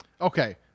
Okay